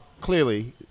clearly